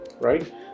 right